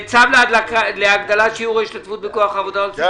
צו להגדלת שיעור ההשתתפות בכוח העבודה ולצמצום